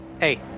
hey